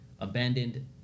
abandoned